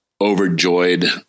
overjoyed